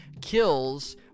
kills